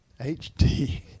hd